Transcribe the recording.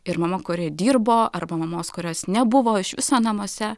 ir mama kuri dirbo arba mamos kurios nebuvo iš viso namuose